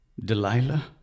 Delilah